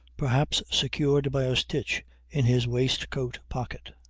perhaps secured by a stitch in his waistcoat pocket.